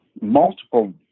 multiple